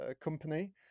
company